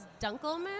Dunkelman